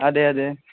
അതെ അതെ